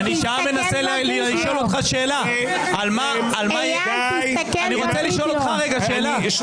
שאלה שניה, לגבי היחס